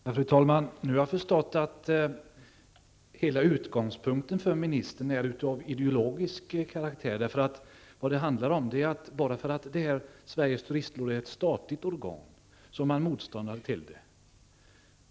Fru talman! Jag har förstått att hela utgångspunkten för ministern är av ideologisk karaktär. Bara för att Sveriges turistråd är ett statligt organ är ministern motståndare till det.